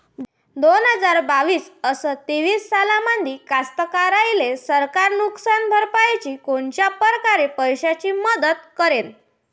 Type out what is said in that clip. दोन हजार बावीस अस तेवीस सालामंदी कास्तकाराइले सरकार नुकसान भरपाईची कोनच्या परकारे पैशाची मदत करेन?